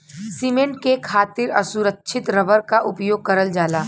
cement के खातिर असुरछित रबर क उपयोग करल जाला